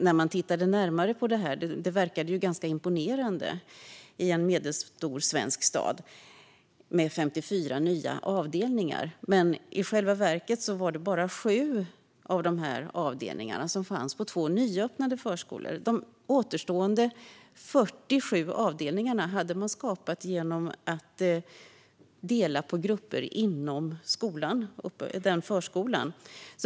När man tittade närmare på detta verkade det ganska imponerande för en medelstor svensk stad med 54 nya avdelningar. Men i själva verket var det bara sju av dessa avdelningar som fanns på två nyöppnade förskolor. De återstående 47 avdelningarna hade man skapat genom att dela på grupper inom skolan.